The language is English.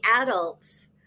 adults